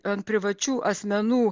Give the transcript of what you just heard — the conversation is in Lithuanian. ant privačių asmenų